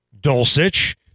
Dulcich